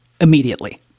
immediately